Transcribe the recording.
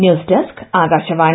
news desk Akashvani